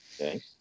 okay